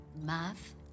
math